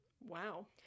wow